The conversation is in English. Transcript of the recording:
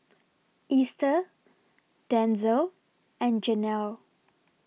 Easter Denzel and Jenelle